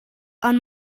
ond